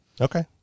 Okay